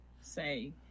say